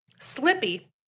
slippy